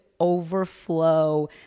overflow